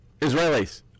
Israelis